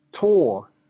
tour